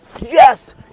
Yes